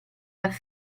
las